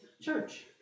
Church